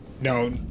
No